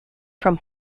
from